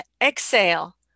exhale